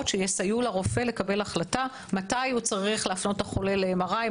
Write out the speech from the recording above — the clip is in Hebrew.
שיסייעו לרופא לקבל החלטה מתי הוא צריך להפנות את החולה ל-MRI,